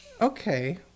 Okay